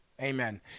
Amen